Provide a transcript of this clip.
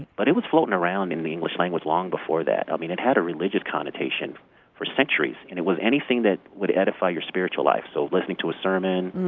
but it was floating around in the english language long before that. it had a religious connotation for centuries. and it was anything that would eddify your spiritual life, so listening to a sermon,